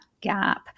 gap